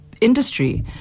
industry